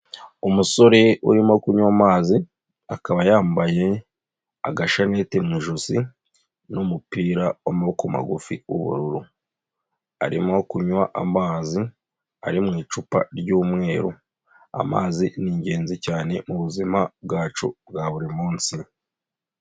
Umusore urimo kunywa amazi, akaba yambaye agashanete mu ijosi, n'umupira w'amaboko magufi, w'ubururu. Arimo kunywa amazi, ari mu icupa ry'umweru. Amazi ni ingenzi cyane mubuzima bwacu bwa buri munsi.